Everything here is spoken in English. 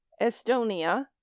Estonia